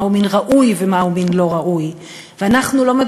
מהו מין ראוי ומהו מין לא ראוי.